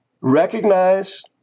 recognize